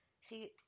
See